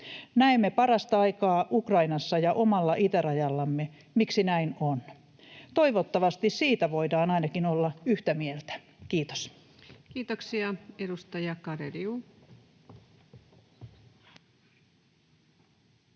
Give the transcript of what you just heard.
Näemme parasta aikaa Ukrainassa ja omalla itärajallamme, miksi näin on. Toivottavasti ainakin siitä voidaan olla yhtä mieltä. — Kiitos. [Speech 169]